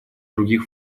других